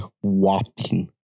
whopping